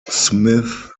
smith